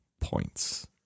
points